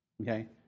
Okay